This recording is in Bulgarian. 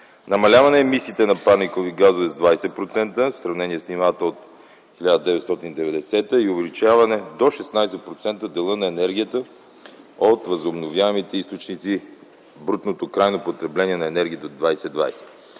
намаляване емисиите на парникови газове с 20% в сравнение с нивата от 1990 г. и увеличаване до 16% дела на енергията от възобновяемите източници в брутното крайно потребление на енергията до 2020